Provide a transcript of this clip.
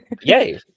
yay